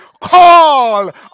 call